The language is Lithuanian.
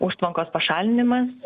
užtvankos pašalinimas